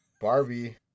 Barbie